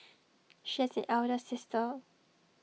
she has an elder sister